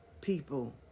people